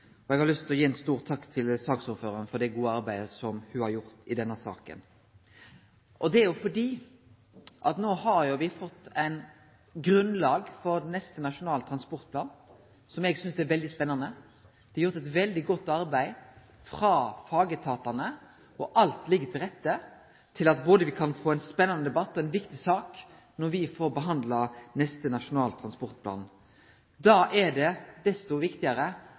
og eg har lyst til å rette ei stor takk til saksordføraren for det gode arbeidet ho har gjort i denne saka, fordi me no har fått eit grunnlag for neste Nasjonal transportplan som eg synest er veldig spennande. Det er gjort eit veldig godt arbeid frå fagetatane, og alt ligg til rette for at me både kan få ein spennande debatt og ei viktig sak når me skal behandle neste Nasjonal transportplan. Da er det desto viktigare